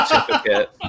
certificate